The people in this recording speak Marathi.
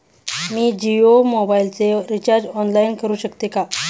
मी जियो मोबाइलचे रिचार्ज ऑनलाइन करू शकते का?